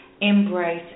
embrace